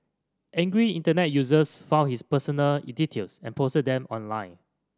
angry Internet users found his personal in details and posted them online